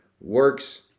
works